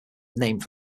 named